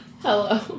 Hello